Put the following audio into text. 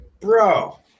bro